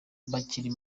bakiri